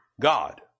God